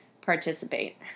participate